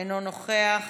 אינו נוכח,